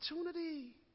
opportunity